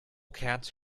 cats